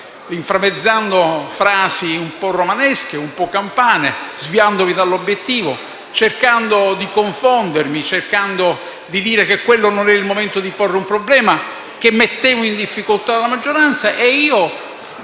inframmezzando frasi un po' romanesche, un po' campane, sviandomi dall'obiettivo e cercando di confondermi, mi disse che non era il momento di porre un problema che metteva in difficoltà la maggioranza,